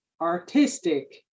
artistic